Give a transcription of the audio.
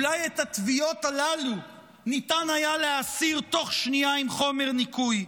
אולי את הטביעות הללו ניתן היה להסיר תוך שנייה בחומר ניקוי,